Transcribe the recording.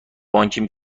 بانکیم